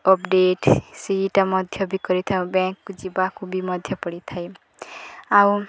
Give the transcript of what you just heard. update ସେଇଟା ମଧ୍ୟ ବି କରିଥାଉ ବ୍ୟାଙ୍କ ଯିବାକୁ ବି ମଧ୍ୟ ପଡ଼ିଥାଏ ଆଉ